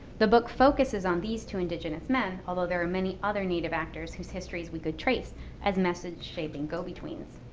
the book focuses on these two indigenous men, although there are many other native actors whose histories we could trace as message-saving go-betweens.